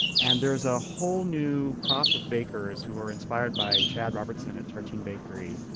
and there's a whole new crop of bakers who are inspired by chad robertson at tartine bakery.